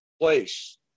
place